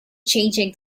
changing